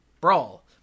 Brawl